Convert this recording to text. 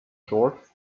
shorts